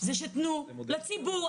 תנו לציבור,